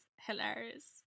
hilarious